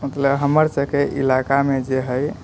मतलब हमर सबके इलाकामे जे हैय